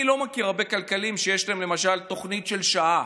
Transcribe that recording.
אני לא מכיר הרבה כלכלנים שיש להם למשל תוכנית של שעה,